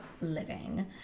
living